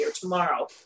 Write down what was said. tomorrow